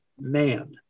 man